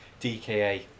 DKA